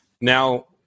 Now